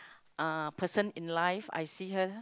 uh person in life I see her